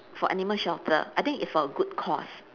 for animal shelter I think it's for a good cause